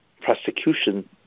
prosecution